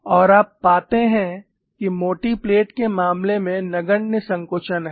और आप पाते हैं कि मोटी प्लेट के मामले में नगण्य संकुचन है